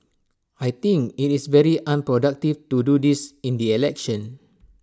I think IT is very unproductive to do this in the election